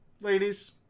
Ladies